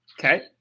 okay